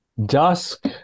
dusk